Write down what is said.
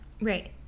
Right